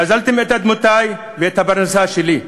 גזלתם את אדמותי ואת הפרנסה שלי.